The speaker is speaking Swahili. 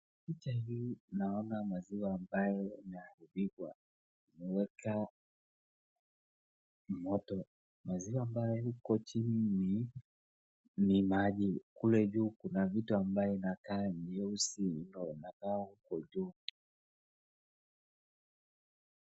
Picha hii naona maziwa ambayo imearibika, imewekwa moto. Maziwa ambayo iko chini ni maji, kule juu kuna vitu ambayo inakaa nyeusi.